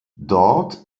dort